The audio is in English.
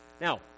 Now